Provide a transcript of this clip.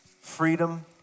freedom